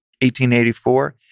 1884